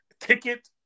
ticket